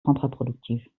kontraproduktiv